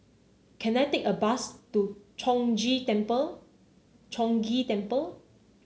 can I take a bus to Chong Gee Temple Chong Ghee Temple